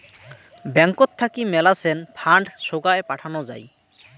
ব্যাঙ্কত থাকি মেলাছেন ফান্ড সোগায় পাঠানো যাই